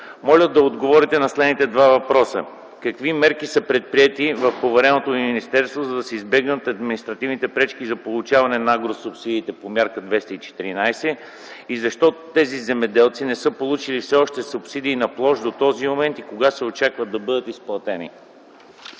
Моля да отговорите на следните два въпроса: какви мерки са предприети от повереното Ви министерство, за да се избегнат административните пречки за получаване на агросубсидиите по Мярка 214 и защо тези земеделци не са получили все още субсидии на площ до този момент и кога се очаква да бъдат изплатени?